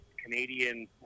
canadian